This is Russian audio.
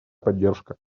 поддержка